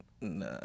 Nah